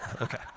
Okay